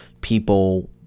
people